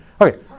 Okay